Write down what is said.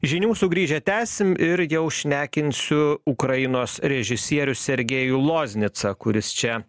žinių sugrįžę tęsim ir jau šnekinsiu ukrainos režisierių sergėjų loznitsą kuris čia